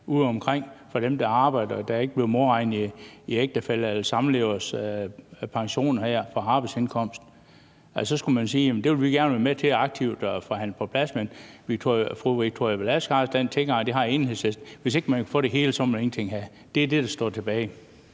udeomkring, af dem, der arbejder og ikke bliver modregnet i ægtefælles eller samlevers pension på arbejdsindkomst, så skulle man sige, at det vil man gerne være med til aktivt at forhandle på plads, men fru Victoria Velasquez har altså den tilgang, og det har Enhedslisten, at hvis man ikke kan få det hele, vil man ingenting have. Det er det, der står tilbage.